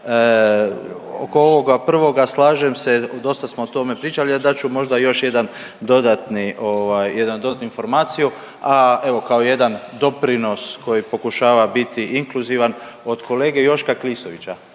Oko ovoga prvoga, slažem se, dosta smo o tome pričali, ali dat ću možda još jedan dodatni, ovaj, jednu dodatnu informaciju, a, evo, kao jedan doprinos koji pokušava biti inkluzivan, od kolege Joška Klisovića